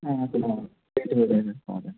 ఇందులో జాయిన్ అయిపోండి